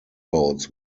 boats